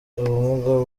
ubumuga